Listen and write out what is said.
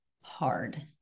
hard